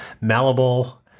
malleable